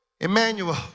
Emmanuel